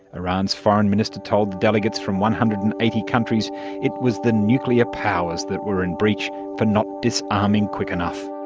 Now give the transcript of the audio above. iran's foreign minister told the delegates from one hundred and eighty countries it was the nuclear powers that were in breach for not disarming quick enough.